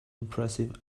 impressive